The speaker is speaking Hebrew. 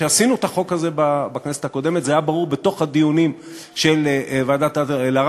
כשעשינו את החוק הזה בכנסת הקודמת זה היה ברור בדיונים של ועדת אלהרר,